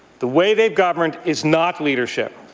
the way they've governed is not leadership.